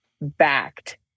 backed